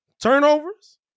Turnovers